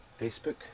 Facebook